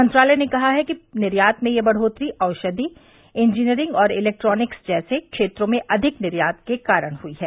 मंत्रालय ने कहा है कि निर्यात में यह बढ़ोतरी औषधि इंजीनियरिंग और इलेक्ट्रॉनिक्स जैसे क्षेत्रों में अधिक निर्यात के कारण हुई है